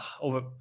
over